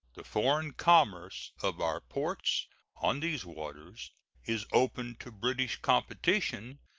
the foreign commerce of our ports on these waters is open to british competition,